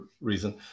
reason